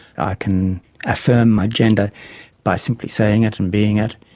can affirm my gender by simply saying it and being it,